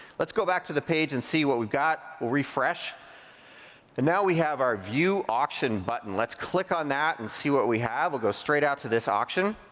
let's go back to the page and see what we've got. we'll refresh and now we have our view option button. let's click on that and see what we have. we'll go straight after this auction.